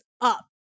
up